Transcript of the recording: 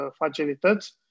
facilități